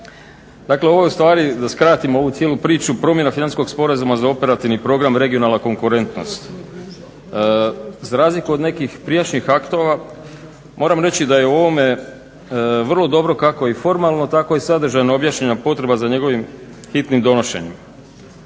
Dakle ovo je ustvari, da skratim ovu cijelu priču, promjena financijskog sporazuma za Operativni program "Regionalna konkurentnost". Za razliku od nekih prijašnjih aktova moram reći da je u ovome vrlo dobro kako i formalno tako i sadržajno objašnjena potreba za njegovim hitnim donošenjem,